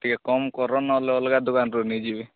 ଟିକେ କମ୍ କର ନ ହେଲେ ଅଲଗା ଦୋକାନରୁ ନେଇଯିବି